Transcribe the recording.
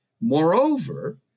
Moreover